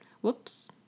Whoops